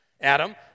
Adam